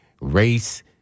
race